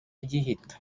gihita